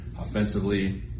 Offensively